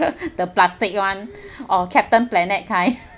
the plastic [one] or captain planet kind